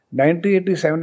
1987